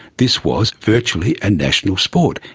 this was virtually a national sport.